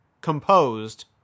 composed